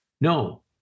No